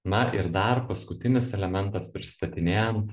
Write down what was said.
na ir dar paskutinis elementas pristatinėjant